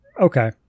Okay